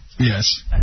Yes